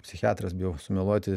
psichiatras bijau sumeluoti